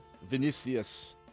Vinicius